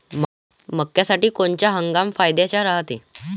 मक्क्यासाठी कोनचा हंगाम फायद्याचा रायते?